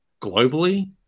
globally